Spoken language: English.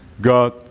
God